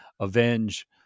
avenge